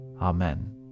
Amen